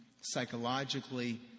psychologically